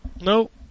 Nope